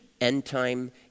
end-time